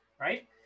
right